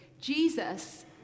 Jesus